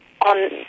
on